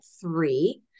three